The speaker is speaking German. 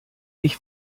ich